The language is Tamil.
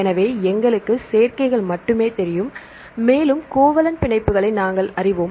எனவே எங்களுக்கு சேர்க்கைகள் மட்டுமே தெரியும் மேலும் கோவலன்ட் பிணைப்புகளை நாங்கள் அறிவோம்